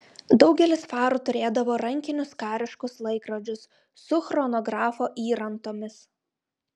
daugelis farų turėdavo rankinius kariškus laikrodžius su chronografo įrantomis